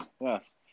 Yes